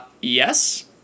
Yes